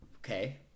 okay